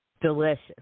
delicious